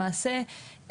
למעשה,